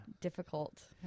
difficult